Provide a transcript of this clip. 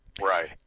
Right